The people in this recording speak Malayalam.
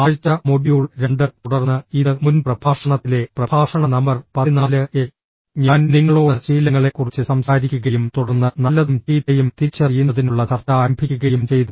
ആഴ്ച മൊഡ്യൂൾ രണ്ട് തുടർന്ന് ഇത് മുൻ പ്രഭാഷണത്തിലെ പ്രഭാഷണ നമ്പർ പതിനാല് എ ഞാൻ നിങ്ങളോട് ശീലങ്ങളെക്കുറിച്ച് സംസാരിക്കുകയും തുടർന്ന് നല്ലതും ചീത്തയും തിരിച്ചറിയുന്നതിനുള്ള ചർച്ച ആരംഭിക്കുകയും ചെയ്തു